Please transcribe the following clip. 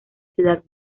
ciudad